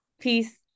Peace